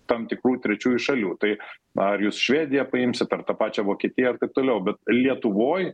tam tikrų trečiųjų šalių tai ar jūs švediją paimsit ar tą pačią vokietiją ar taip toliau bet lietuvoj